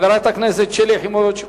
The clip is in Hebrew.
חברת הכנסת שלי יחימוביץ,